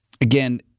Again